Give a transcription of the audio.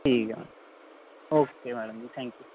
ठीक ऐ madam ji okay madam ji okay